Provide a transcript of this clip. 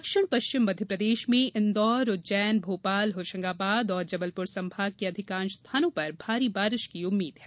दक्षिण पश्चिम मध्यप्रदेश में इंदौर उज्जैन भोपाल होशंगाबाद और जबलपुर संभाग के अधिकांश स्थानों पर भारी बारिश की उम्मीद है